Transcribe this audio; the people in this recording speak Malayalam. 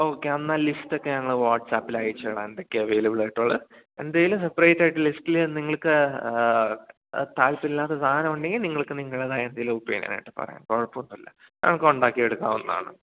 ഓക്കേ എന്നാല് ലിസ്റ്റൊക്കെ ഞങ്ങള് വാട്സ്ആപ്പിൽ അയച്ചുകൊള്ളാം എന്തൊക്കെയാണ് അവൈലബിളായിട്ടുള്ളത് എന്തെങ്കിലും സെപ്പറേറ്റായിട്ട് ലിസ്റ്റില് നിങ്ങൾക്ക് താല്പര്യമില്ലാത്ത സാധനമുണ്ടെങ്കില് നിങ്ങള്ക്ക് നിങ്ങളുടേതായ എന്തെങ്കിലും ഒപ്പീനിയനായിട്ട് പറയാം കുഴപ്പമൊന്നുമില്ല നമ്മുക്ക് ഉണ്ടാക്കിയെടുക്കാവുന്നതാണ്